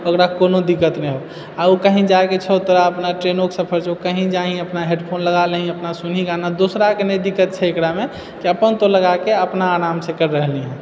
ओकरा कोनो दिक्कत नहि हो आ कहि जाइके छौ तोरा अपना ट्रेनोके सफर छौ कहि जाही अपना हेडफोन लगा लही अपना सुनहि गाना दोसराके कोनो दिक्कत नहि छै एकरामे कि अपन तो लगाके अपन अरामसँ कर रहलीहँ